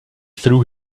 threw